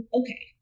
okay